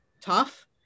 tough